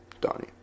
Donnie